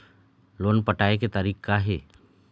Loan पटाए के तारीख़ का हे?